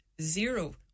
zero